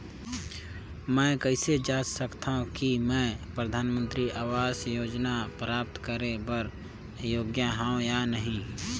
मैं कइसे जांच सकथव कि मैं परधानमंतरी आवास योजना प्राप्त करे बर योग्य हववं या नहीं?